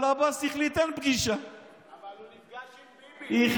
אבל עבאס החליט שאין פגישה.